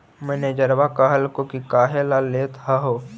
मैनेजरवा कहलको कि काहेला लेथ हहो?